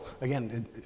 again